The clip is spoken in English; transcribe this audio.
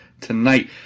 tonight